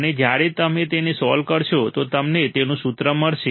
અને જ્યારે તમે તેને સોલ્વ કરશો તો તમને તેનું મૂલ્ય મળશે Vo 1